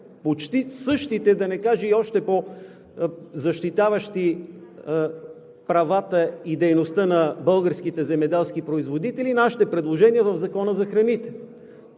почти същите, да не кажа и още по-защитаващи правата и дейността на българските земеделски производители, предложения в Закона за храните.